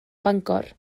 bangor